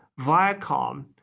Viacom